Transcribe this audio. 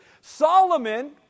Solomon